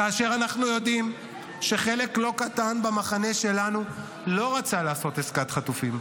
כאשר אנחנו יודעים שחלק לא קטן במחנה שלנו לא רצה לעשות עסקת חטופים,